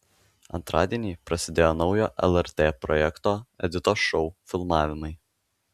antradienį prasidėjo naujo lrt projekto editos šou filmavimai